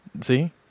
See